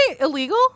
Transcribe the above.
illegal